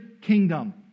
kingdom